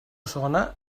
sona